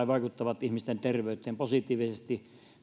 vaikuttavat ihmisten terveyteen positiivisesti